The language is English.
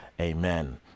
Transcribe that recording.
amen